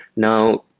now,